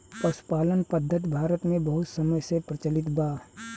पशुपालन पद्धति भारत मे बहुत समय से प्रचलित बा